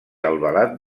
albalat